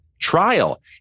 trial